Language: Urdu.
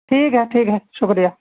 ٹھیک ہے ٹھیک ہے شکریہ